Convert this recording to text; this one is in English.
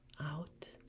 out